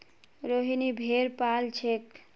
रोहिनी भेड़ पा ल छेक